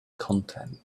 content